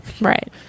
Right